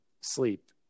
sleep